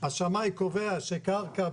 השמאי קובע שקרקע,